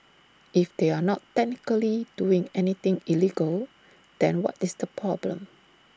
if they are not technically doing anything illegal then what is the problem